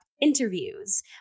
Interviews